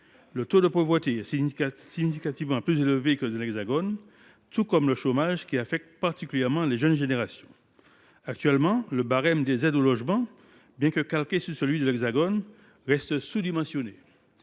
Le taux de pauvreté est significativement plus élevé que dans l’Hexagone, tout comme celui du chômage, qui affecte particulièrement les jeunes générations. Le barème des aides au logement, bien que calqué sur celui de l’Hexagone, reste actuellement